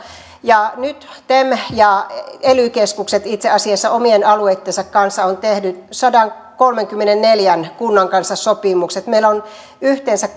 nyt tem ja ely keskukset itse asiassa omien alueittensa kanssa ovat tehneet sadankolmenkymmenenneljän kunnan kanssa sopimukset meillä on yhteensä